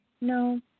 No